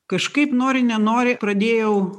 kažkaip nori nenori pradėjau